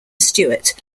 stewart